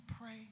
pray